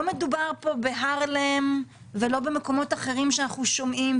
לא מדובר פה בהארלם ולא במקומות אחרים שעליהם אנחנו שומעים,